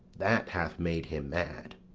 that hath made him mad.